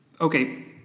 Okay